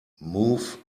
move